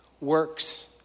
works